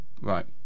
right